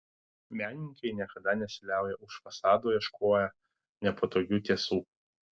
menininkai niekada nesiliauja už fasado ieškoję nepatogių tiesų